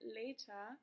later